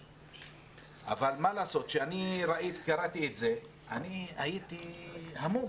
אבל, מה לעשות, כשקראתי את זה הייתי המום.